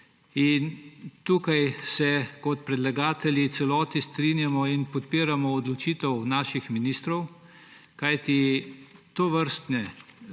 Tukaj se kot predlagatelji v celoti strinjamo in podpiramo odločitev naših ministrov, kajti tovrstni